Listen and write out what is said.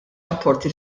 rapporti